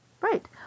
Right